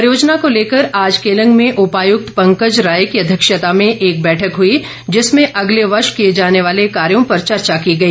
परियोजना को लेकर आज केलंग में उपायुक्त पंकज राय की अध्यक्षता में एक बैठक हुई जिसमें अगले वर्ष किए जाने वाले कार्यों पर चर्चा की गई